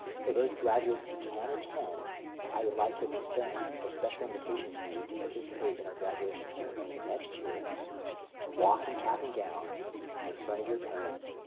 for those graduates who can attend i would like to extend a special invitation to you to participate in our graduation ceremony next year to walk and cap and gown in front of your parents,